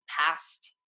past